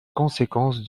conséquence